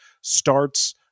starts